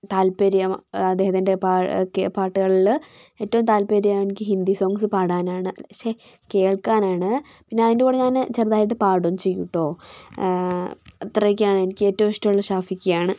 താല്പര്യം അദ്ദേഹത്തിൻ്റെ പാട്ടുകളിൽ ഏറ്റവും താല്പര്യം എനിക്ക് ഹിന്ദി സോങ്ങ്സ് പാടാനാണ് ശ്ശേ കേൾക്കാനാണ് പിന്നെ അതിൻ്റെകൂടെ ഞാൻ ചെറുതായിട്ട് പാടുകയും ചെയ്യും കേട്ടോ അത്രയൊക്കെയാണ് എനിക്ക് ഏറ്റവും ഇഷ്ടമുള്ള ഷാഫിക്കയാണ്